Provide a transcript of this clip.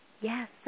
Yes